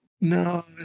No